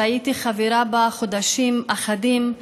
שהייתי חברה בה חודשים אחדים,